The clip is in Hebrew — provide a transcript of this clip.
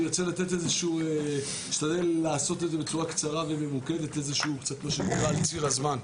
אני אשתדל לעשות את זה בצורה קצרה וממוקדת על ציר הזמן.